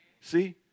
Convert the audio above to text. See